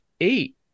eight